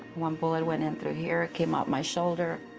one bullet went in through here, it came out my shoulder.